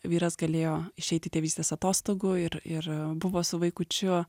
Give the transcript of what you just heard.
vyras galėjo išeiti tėvystės atostogų ir ir buvo su vaikučiu